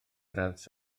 gradd